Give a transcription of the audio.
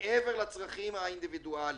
מעבר לצרכים האינדיבידואליים.